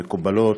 המקובלות,